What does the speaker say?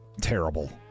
terrible